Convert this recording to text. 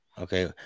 Okay